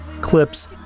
Clips